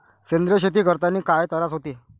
सेंद्रिय शेती करतांनी काय तरास होते?